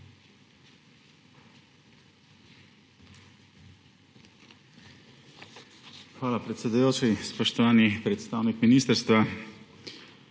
Hvala, predsedujoči. Spoštovani predstavnik ministrstva!